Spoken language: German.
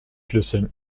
flüsse